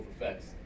effects